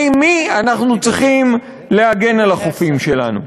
מי אנחנו צריכים להגן על החופים שלנו.